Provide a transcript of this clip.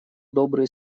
добрые